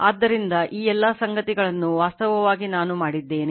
ಆದ್ದರಿಂದ ಈ ಎಲ್ಲ ಸಂಗತಿಗಳನ್ನು ವಾಸ್ತವವಾಗಿ ನಾನು ಮಾಡಿದ್ದೇನೆ